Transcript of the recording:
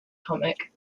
comic